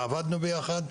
עבדנו ביחד,